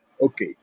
Okay